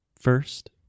first